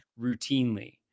routinely